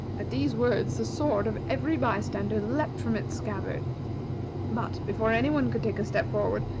at these words, the sword of every by-stander leaped from its scabbard but, before any one could take a step forward,